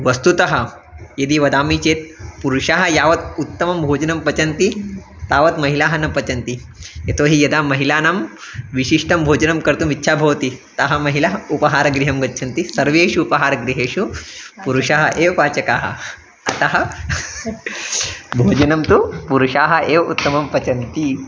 वस्तुतः यदि वदामि चेत् पुरुषाः यावत् उत्तमं भोजनं पचन्ति तावत् महिलाः न पचन्ति यतो हि यदा महिलानां विशिष्टं भोजनं कर्तुम् इच्छा भवति ताः महिलाः उपहारगृहं गच्छन्ति सर्वेषु उपहारगृहेषु पुरुषाः एव पाचकाः अतः भोजनं तु पुरुषाः एव उत्तमं पचन्ति